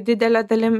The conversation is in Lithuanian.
didele dalim